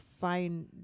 find